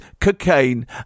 cocaine